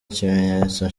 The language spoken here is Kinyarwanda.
ikimenyetso